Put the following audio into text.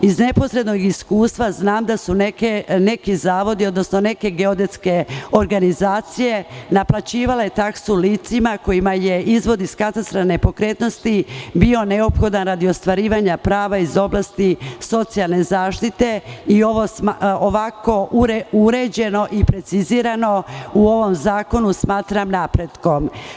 Iz neposrednog iskustva znam da su neki zavodi, odnosno neke geodetske organizacije naplaćivale taksu licima kojima je izvod iz katastra nepokretnosti bio neophodan radi ostvarivanja prava iz oblasti socijalne zaštite i ovako uređeno i precizirano u ovom zakonu smatram napretkom.